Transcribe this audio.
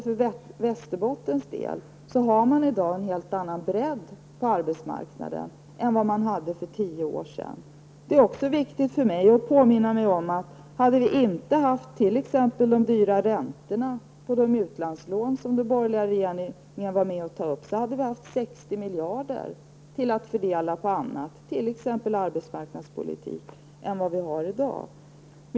För Västerbottens del har man i dag en helt annan bredd på arbetsmarknaden än man hade för tio år sedan. Det är viktigt för mig att påminna mig om att hade vi inte haft t.ex. de höga räntorna på de utlandslån som de borgerliga regeringarna tog, hade vi haft 60 miljarder mer att fördela till annat, t.ex. arbetsmarknadspolitiken, än vad vi har i dag.